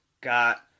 got